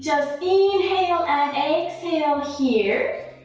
just inhale and exhale here